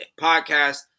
podcast